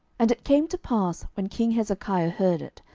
and it came to pass, when king hezekiah heard it,